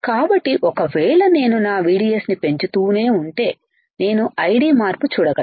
కాబట్టి ఒకవేళ నేను నా VDS ని పెంచుతూనే ఉంటె నేను ID మార్పు చూడగలను